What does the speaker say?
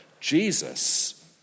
Jesus